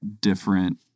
different